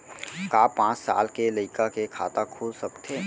का पाँच साल के लइका के खाता खुल सकथे?